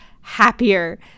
happier